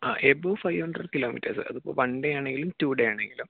ആ above five hundred kilometres അതിപ്പോ one day ആണെങ്കിലും ടു ഡേ ആണെങ്കിലും